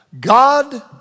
God